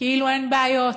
כאילו אין בעיות,